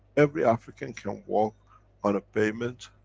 every african can walk on a pavement,